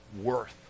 worth